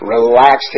Relax